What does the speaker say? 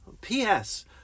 P.S